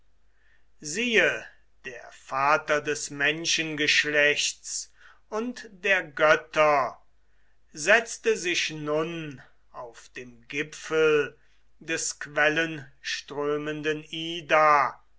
siehe der vater des menschengeschlechts und der götter setzte sich nun auf dem gipfel des quellenströmenden ida